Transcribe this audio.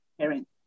parent